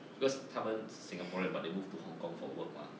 because 他们 singaporean but they moved to hong-kong for work mah